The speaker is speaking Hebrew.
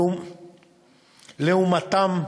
לאומיותם,